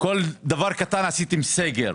כל דבר קטן עשיתם סגר.